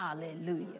Hallelujah